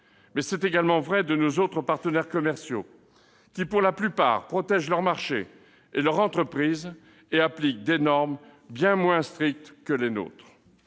Mais c'est également vrai de nos autres partenaires commerciaux, qui pour la plupart protègent leurs marchés et leurs entreprises tout en appliquant des normes bien moins strictes que les nôtres.